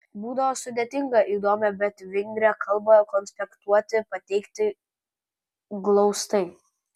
būdavo sudėtinga įdomią bet vingrią kalbą konspektuoti pateikti glaustai